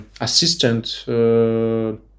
assistant